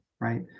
right